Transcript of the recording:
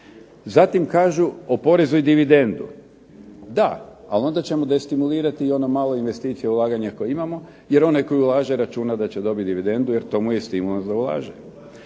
Zatim kažu oporezuj dividendu. Da, ali onda ćemo destimulirati i ono malo investicija ulaganja koja imamo jer onaj koji ulaže računa da će dobiti dividendu jer to mu je i stimulans da ulaže.